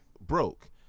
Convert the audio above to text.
broke